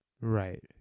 Right